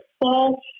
false